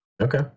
Okay